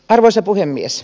arvoisa puhemies